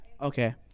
Okay